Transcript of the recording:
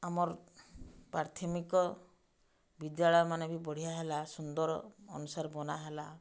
ଆମର୍ ପ୍ରାଥମିକ ବିଦ୍ୟାଳୟମାନେ ବି ବଢ଼ିଆ ହେଲା ସୁନ୍ଦର ଅନୁସାରେ ବନାହେଲା